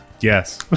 Yes